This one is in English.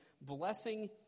blessing